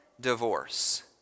divorce